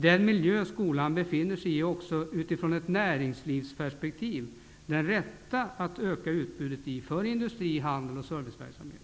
Den miljö skolan befinner sig i är också, utifrån ett näringslivsperspektiv, den rätta att öka utbudet i för industri, handel och serviceverksamhet.